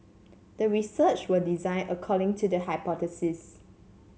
the research were designed according to the hypothesis